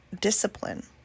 discipline